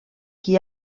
qui